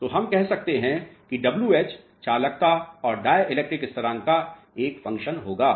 तो हम कह सकते हैं कि डब्ल्यू एच चालकता और डाई इलेक्ट्रिक स्थरांक का एक फंक्शन होगा